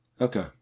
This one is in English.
Okay